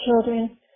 children